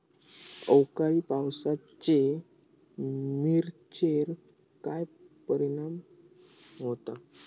अवकाळी पावसाचे मिरचेर काय परिणाम होता?